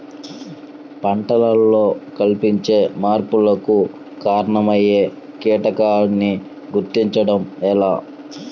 పంటలలో కనిపించే మార్పులకు కారణమయ్యే కీటకాన్ని గుర్తుంచటం ఎలా?